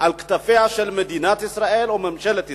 על כתפיה של מדינת ישראל או ממשלת ישראל.